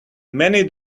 many